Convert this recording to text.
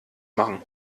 machen